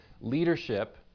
leadership